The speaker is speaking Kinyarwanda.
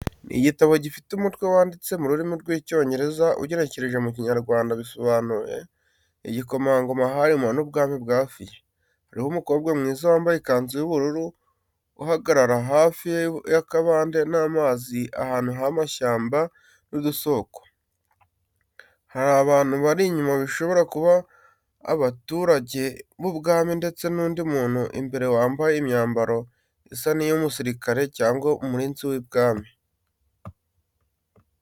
Ni igitabo gifite umutwe wanditse mu rurimi rw'Icyongereza ugenekereje mu Kinyarwanda bisobanuye igikomangoma Halima n'Ubwami bwa Affia. Hariho umukobwa mwiza wambaye ikanzu y’ubururu, uhagarara hafi y’akabande n’amazi ahantu h’amashyamba n’udusoko. Hari abantu bari inyuma bishobora kuba abaturage b’ubwami ndetse n’undi muntu imbere wambaye imyambaro isa n’iy’umusirikare cyangwa umurinzi w’ubwami.